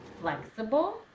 flexible